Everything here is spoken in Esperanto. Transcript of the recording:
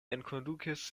enkondukis